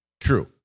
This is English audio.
True